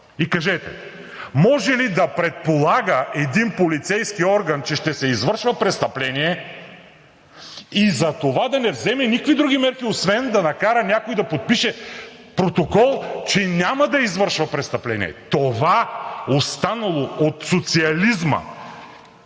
и кажете: може ли да предполага един полицейски орган, че ще се извършва престъпление и затова да не вземе никакви други мерки освен да накара някой да подпише протокол, че няма да извършва престъпление? Това, останало от социализма,